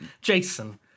Jason